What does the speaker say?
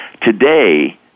Today